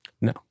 No